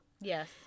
yes